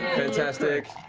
fantastic.